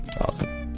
Awesome